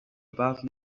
about